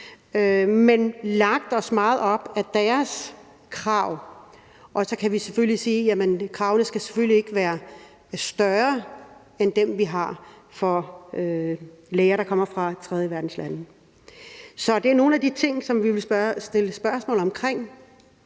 lagt os meget op ad deres krav. Og så kan man sige, at kravene selvfølgelig ikke skal være større end dem, vi har til læger, der kommer fra tredjeverdenslande. Så det er nogle af de ting, som vi vil stille spørgsmål om.